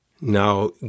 Now